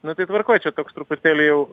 nu tai tvarkoj čia koks truputėlį jau